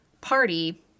party